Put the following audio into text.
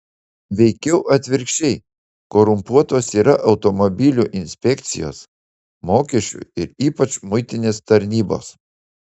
veikiau atvirkščiai korumpuotos yra automobilių inspekcijos mokesčių ir ypač muitinės tarnybos